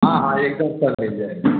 हाँ हाँ एक दम सब मिल जाएगा